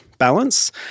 balance